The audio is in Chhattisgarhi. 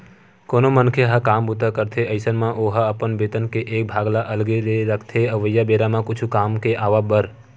कोनो मनखे ह काम बूता करथे अइसन म ओहा अपन बेतन के एक भाग ल अलगे ले रखथे अवइया बेरा म कुछु काम के आवब बर